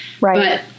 right